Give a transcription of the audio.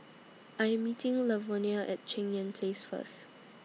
I Am meeting Lavonia At Cheng Yan Place First